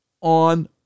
on